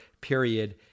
period